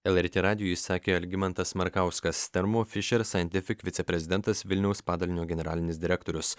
lrt radijui sakė algimantas markauskas thermo fisher scientific viceprezidentas vilniaus padalinio generalinis direktorius